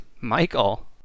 Michael